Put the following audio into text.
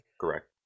Correct